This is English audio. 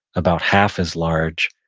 about half as large,